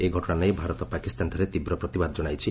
ଏହି ଘଟଣା ନେଇ ଭାରତ ପାକିସ୍ତାନଠାରେ ତୀବ୍ର ପ୍ରତିବାଦ ଜଣାଇଛି